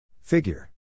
Figure